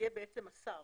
יהיה השר.